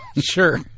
Sure